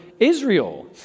Israel